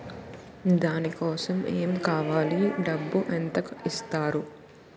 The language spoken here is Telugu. దాని కోసం ఎమ్ కావాలి డబ్బు ఎంత ఇస్తారు?